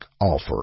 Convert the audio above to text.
offer